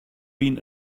been